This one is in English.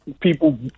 people